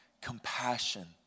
Compassion